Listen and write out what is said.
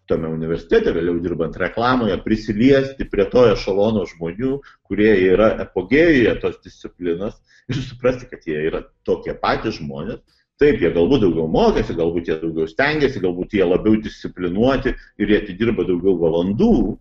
tame universitete vėliau dirbant reklamoje prisiliesti prie to ešelono žmonių kurie yra epogėjuje tos disciplinos ir suprasti kad jie yra tokie patys žmonės taip jie galbūt daugiau mokėsi galbūt jie daugiau stengėsi galbūt jie labiau disciplinuoti ir jie atidirba daugiau valandų